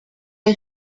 are